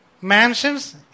mansions